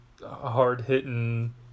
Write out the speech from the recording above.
Hard-hitting